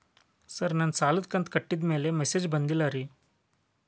sir ನನ್ನ ಸಾಲದ ಕಂತು ಕಟ್ಟಿದಮೇಲೆ ಮೆಸೇಜ್ ಬಂದಿಲ್ಲ ರೇ